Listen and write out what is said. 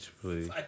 please